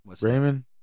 Raymond